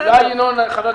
אולי חבר הכנסת ינון אזולאי,